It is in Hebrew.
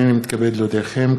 הנני מתכבד להודיעכם,